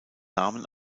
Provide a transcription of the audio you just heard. namen